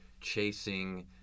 chasing